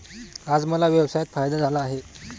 आज मला व्यवसायात फायदा झाला आहे